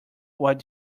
what